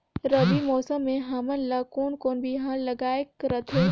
रबी मौसम मे हमन ला कोन कोन बिहान लगायेक रथे?